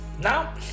Now